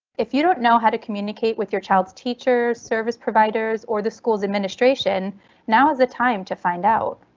if you don't know how to communicate with your child's teachers, service providers or the schools administration now is the time to find out.